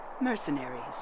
mercenaries